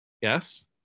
yes